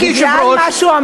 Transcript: בגלל מה שהוא אמר.